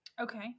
Okay